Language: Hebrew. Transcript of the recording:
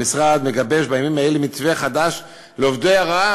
המשרד מגבש בימים אלה מתווה חדש לעובדי הוראה,